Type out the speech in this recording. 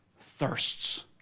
thirsts